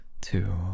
two